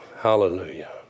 hallelujah